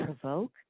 provoke